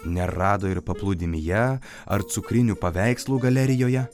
nerado ir paplūdimyje ar cukrinių paveikslų galerijoje